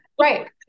Right